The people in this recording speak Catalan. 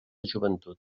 joventut